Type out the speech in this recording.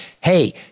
Hey